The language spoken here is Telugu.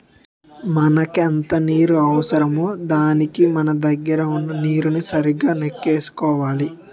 మనకెంత నీరు అవసరమో దానికి మన దగ్గర వున్న నీరుని సరిగా నెక్కేసుకోవాలి